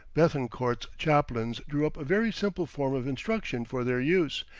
bethencourt's chaplains drew up a very simple form of instruction for their use,